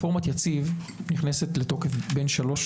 באנו לכאן לפתור בעיה יסודית ולא לפתור את בעיית השכר.